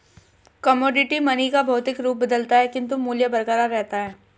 commodity money का भौतिक रूप बदलता है किंतु मूल्य बरकरार रहता है